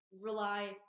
rely